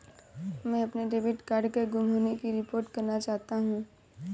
मैं अपने debit card के गुम होने की रिपोर्ट करना चाहता हूँ